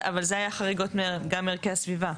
אבל זה היה חריגות גם מערכי הסביבה.